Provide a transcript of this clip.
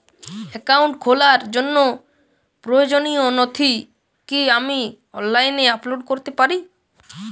Account খোলার জন্য প্রয়োজনীয় নথি কি আমি অনলাইনে আপলোড করতে পারি?